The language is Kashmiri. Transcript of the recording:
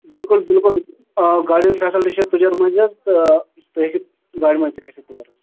بِلکُل بِلکُل آ گاڑیَن ہِنٛز فیسلٹی چھِ ییٚتہِ تُجن منٛز حظ آ تُہۍ ہیٚکِو گاڑِ منٛز تہِ کھٔسِتھ تور